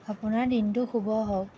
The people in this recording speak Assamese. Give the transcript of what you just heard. আপোনাৰ দিনটো শুভ হওক